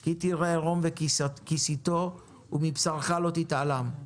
כי תראה ערם וכסיתו ומבשרך לא תתעלם".